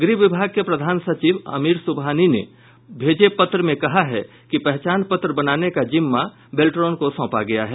गृह विभाग के प्रधान सचिव आमिर सुबहानी ने भेजे पत्र में कहा है कि पहचान पत्र बनाने का जिम्मा बेल्ट्रोन को सौंपा गया है